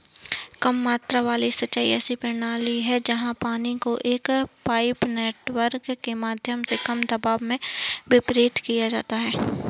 कम मात्रा वाली सिंचाई ऐसी प्रणाली है जहाँ पानी को एक पाइप नेटवर्क के माध्यम से कम दबाव में वितरित किया जाता है